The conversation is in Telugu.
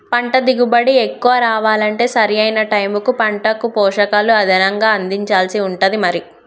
పంట దిగుబడి ఎక్కువ రావాలంటే సరి అయిన టైముకు పంటకు పోషకాలు అదనంగా అందించాల్సి ఉంటది మరి